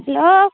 hello